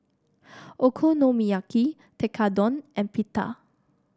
Okonomiyaki Tekkadon and Pita